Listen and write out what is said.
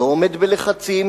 לא עומד בלחצים,